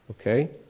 okay